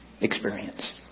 experience